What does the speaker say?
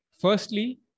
Firstly